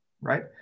right